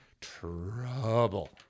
trouble